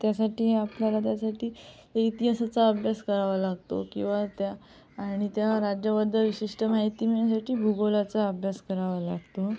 त्यासाठी आपल्याला त्यासाठी इतिहासाचा अभ्यास करावा लागतो किवा त्या आणि त्या राज्याबद्दल विशिष्ट माहिती मिळण्यासाठी भूगोलाचा अभ्यास करावा लागतो